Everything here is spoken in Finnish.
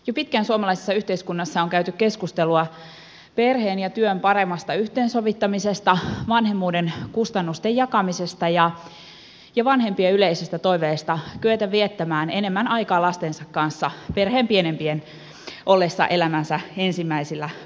jo pitkään suomalaisessa yhteiskunnassa on käyty keskustelua perheen ja työn paremmasta yhteensovittamisesta vanhemmuuden kustannusten jakamisesta ja vanhempien yleisestä toiveesta kyetä viettämään enemmän aikaa lastensa kanssa perheen pienempien ollessa elämänsä ensimmäisillä vuosilla